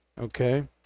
okay